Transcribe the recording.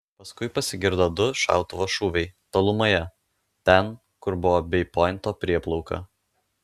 paskui pasigirdo du šautuvo šūviai tolumoje ten kur buvo bei pointo prieplauka